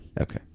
Okay